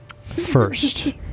First